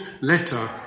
letter